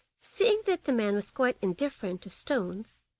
seeing that the man was quite indifferent to stones,